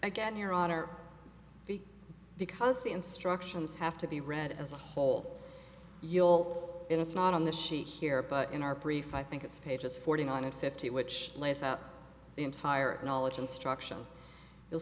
again your honor because the instructions have to be read as a whole you all in a slot on the sheet here but in our brief i think it's pages forty nine and fifty which lays out the entire knowledge instruction you'll